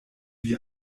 die